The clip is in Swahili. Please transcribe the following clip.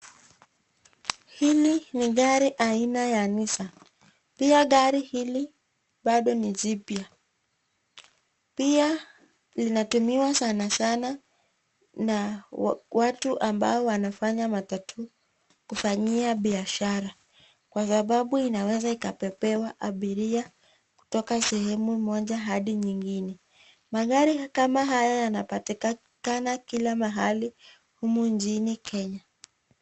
Hili ni gari aina ya Nissan. Pia gari hili bado ni jipya. Pia linatumiwa sana sana na watu ambao wanafanya matatu kufanyia biashara kwa sababu inaweza bebewa abiria kutoka sehemu moja hadi nyingine. Magari kama haya yanapatikana kila mahali humu nchini Kenya.